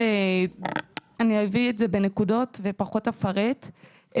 אני אביא את זה בנקודות ופחות אפרט.